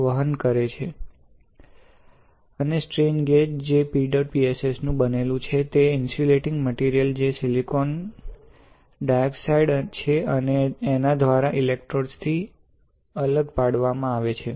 અને strain gauge જે PEDOTPSS નુ બનેલું છે તે ઇન્સ્યુલેટીંગ મટિરિયલ જે સિલિકોન ડાયોક્સાઇડ છે એના દ્વારા ઇલેક્ટ્રોડ્સ થી અલગ પાડવામાં આવે છે